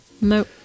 No